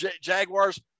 Jaguars